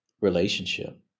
relationship